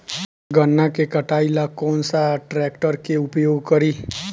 गन्ना के कटाई ला कौन सा ट्रैकटर के उपयोग करी?